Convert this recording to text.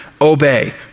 obey